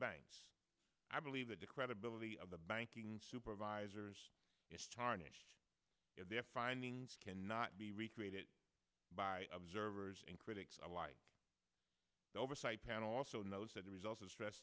banks i believe that the credibility of the banking supervisors tarnished their findings cannot be recreated by observers and critics alike the oversight panel also knows that the results of stress